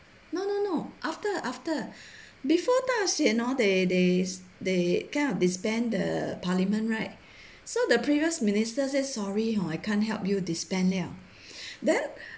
no no no after after before 大选 hor they they they kind of disband the parliament right so the previous ministers say sorry hor I cant help you disband liao then